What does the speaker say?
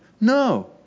No